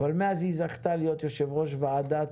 אבל מאז היא זכתה להיות יושבת-ראש ועדת